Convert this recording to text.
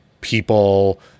people